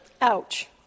Ouch